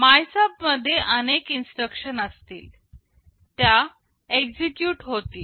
MYSUB मध्ये अनेक instruction असतील त्या एक्झिक्युट होतील